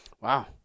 Wow